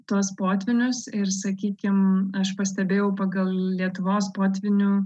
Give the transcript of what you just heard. tuos potvynius ir sakykim aš pastebėjau pagal lietuvos potvynių